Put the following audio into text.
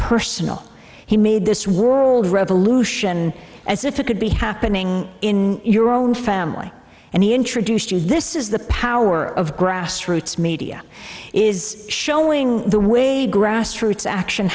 personal he made this rule of revolution as if it could be happening in your own family and he introduced you this is the power of grassroots media is showing the way grassroots action